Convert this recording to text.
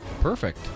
Perfect